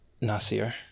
Nasir